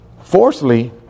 Fourthly